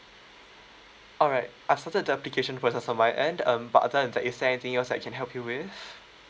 alright I've submitted the application process from my end um by the way is there anything else I can help you with